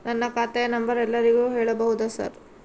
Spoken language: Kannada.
ನನ್ನ ಖಾತೆಯ ನಂಬರ್ ಎಲ್ಲರಿಗೂ ಹೇಳಬಹುದಾ ಸರ್?